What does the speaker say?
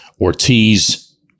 Ortiz